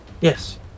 Yes